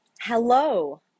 Hello